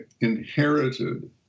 inherited